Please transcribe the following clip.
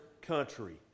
country